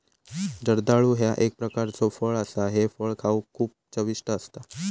जर्दाळू ह्या एक प्रकारचो फळ असा हे फळ खाउक खूप चविष्ट असता